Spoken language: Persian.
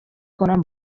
کنم